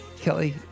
Kelly